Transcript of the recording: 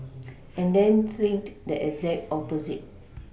and then think the exact opposite